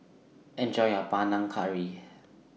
Enjoy your Panang Curry